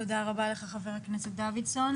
תודה רבה לך חבר הכנסת דוידסון.